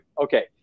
Okay